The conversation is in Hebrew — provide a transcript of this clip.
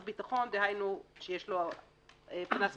ביטחון דהיינו שיש לו פנס מהבהב,